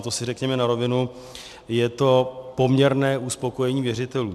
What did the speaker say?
To si řekněme na rovinu, je to poměrné uspokojení věřitelů.